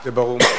זה ברור.